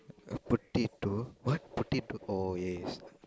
a potato !what! potato oh yes